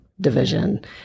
division